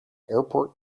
airport